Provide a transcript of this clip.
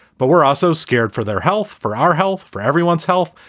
but we're also scared for their health, for our health, for everyone's health.